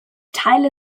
teile